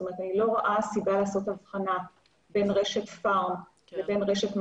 אני לא רואה סיבה לעשות הבחנה בין רשת פארם לבין רשת מזון,